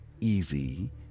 easy